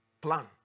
plan